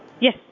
Yes